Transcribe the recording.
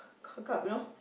cock up you know